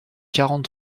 quarante